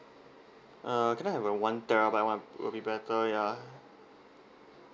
uh can I have the one terabyte [one] will be better ya